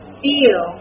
feel